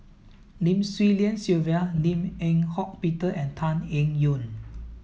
Lim Swee Lian Sylvia Lim Eng Hock Peter and Tan Eng Yoon